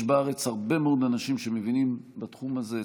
יש בארץ הרבה מאוד אנשים שמבינים בתחום הזה.